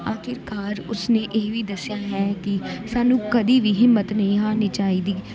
ਆਖਿਰਕਾਰ ਉਸਨੇ ਇਹ ਵੀ ਦੱਸਿਆ ਹੈ ਕਿ ਸਾਨੂੰ ਕਦੇ ਵੀ ਹਿੰਮਤ ਨਹੀਂ ਹਾਰਨੀ ਚਾਹੀਦੀ